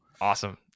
awesome